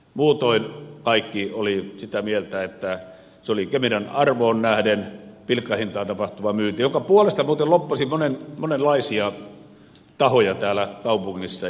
muutoin kaikki olivat sitä mieltä että se oli kemiran arvoon nähden pilkkahintaan tapahtuva myynti jonka puolesta muuten lobbasi ja oli liikkeellä monenlaisia tahoja täällä kaupungissa